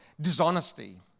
dishonesty